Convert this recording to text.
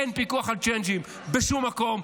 אין פיקוח על צ'יינג'ים בשום מקום.